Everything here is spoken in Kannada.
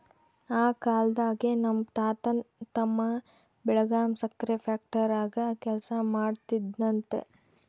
ಆ ಕಾಲ್ದಾಗೆ ನಮ್ ತಾತನ್ ತಮ್ಮ ಬೆಳಗಾಂ ಸಕ್ರೆ ಫ್ಯಾಕ್ಟರಾಗ ಕೆಲಸ ಮಾಡ್ತಿದ್ನಂತೆ